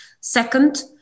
Second